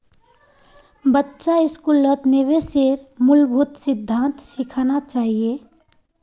बच्चा स्कूलत निवेशेर मूलभूत सिद्धांत सिखाना चाहिए